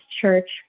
church